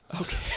Okay